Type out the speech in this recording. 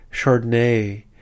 Chardonnay